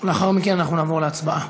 לאחר מכן אנחנו נעבור להצבעה.